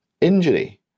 injury